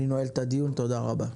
אני נועל את הדיון, תודה רבה.